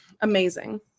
Amazing